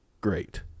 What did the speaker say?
great